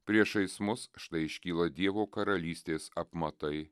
priešais mus štai iškyla dievo karalystės apmatai